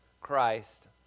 Christ